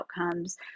outcomes